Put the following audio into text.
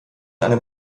einem